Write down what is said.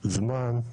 זמן,